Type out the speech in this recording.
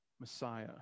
Messiah